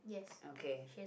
okay